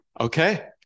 Okay